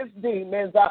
demons